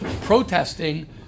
protesting